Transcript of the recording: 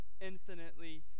Infinitely